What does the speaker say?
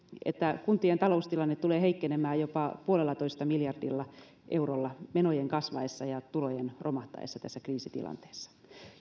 että kuntien taloustilanne tulee heikkenemään jopa yhdellä pilkku viidellä miljardilla eurolla menojen kasvaessa ja tulojen romahtaessa tässä kriisitilanteessa